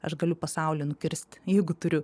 aš galiu pasaulį nukirst jeigu turiu